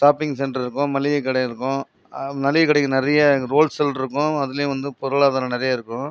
shopping center இருக்கும் மளிகைக்கடை இருக்கும் மளிகைக்கடைக்கு நிறைய ஹோல் சேல் இருக்கும் அதுலேயும் வந்து பொருளாதாரம் நிறைய இருக்கும்